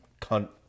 Cunt